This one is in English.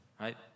Right